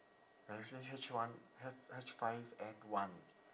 actually H one H H five N one